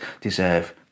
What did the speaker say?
deserve